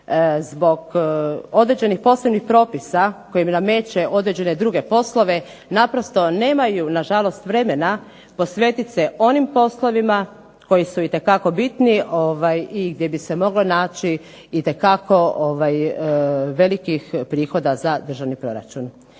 zbog određenih posebnih propisa koje im nameće određene druge poslove naprosto nemaju nažalost vremena posvetiti se onim poslovima koji su itekako bitni i gdje bi se moglo naći itekako velikih prihoda za državni proračun.